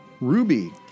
Ruby